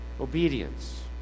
obedience